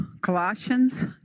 Colossians